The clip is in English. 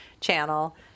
channel